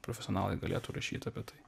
profesionalai galėtų rašyt apie tai